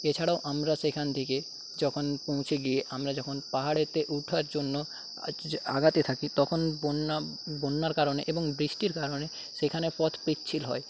এছাড়াও আমরা সেখান থেকে যখন পৌঁছে গিয়ে আমরা যখন পাহাড়েতে ওঠার জন্য আগাতে থাকি তখন বন্যার বন্যার কারণে এবং বৃষ্টির কারণে সেখানে পথ পিচ্ছিল হয়